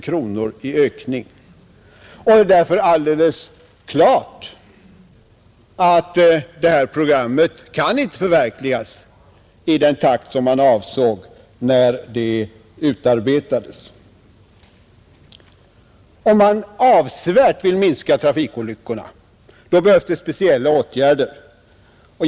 Därför är det alldeles klart att programmet inte kan förverkligas i den takt som avsågs när det utarbetades. Om man avsevärt vill minska trafikolyckornas antal behövs speciella åtgärder.